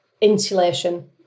insulation